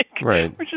Right